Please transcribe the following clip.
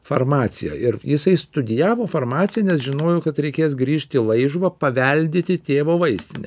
farmaciją ir jisai studijavo farmaciją nes žinojo kad reikės grįžti į laižuvą paveldėti tėvo vaistinę